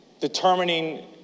determining